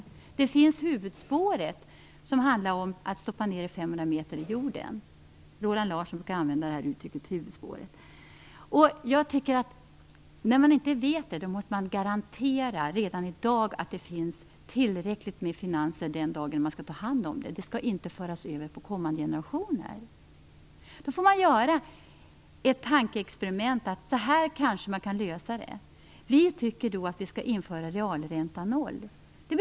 Huvudspåret finns, och det handlar om att stoppa ner det 500 meter under jorden. Roland Larsson brukar använda uttrycket huvudspåret. När man inte vet hur detta skall gå till måste man redan i dag garantera att det finns tillräckligt med pengar den dagen man skall ta hand om det. Detta skall inte föras över på kommande generationer. Man får göra ett tankeexperiment för att kanske kunna lösa frågan. Vi tycker att man då skall utgå från en realränta om 0 %.